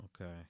Okay